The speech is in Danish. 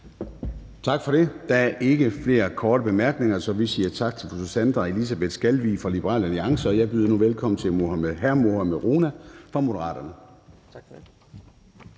Tak for det. Der er ikke flere korte bemærkninger, så vi siger tak til fru Sandra Elisabeth Skalvig fra Liberal Alliance. Og jeg byder nu velkommen til hr. Mohammad Rona fra Moderaterne.